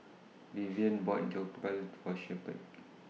Viviana bought Jokbal For Shepherd